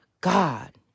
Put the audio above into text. God